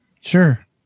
Sure